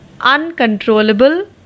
uncontrollable